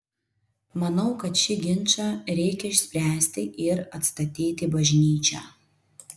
manau kad šį ginčą reikia išspręsti ir atstatyti bažnyčią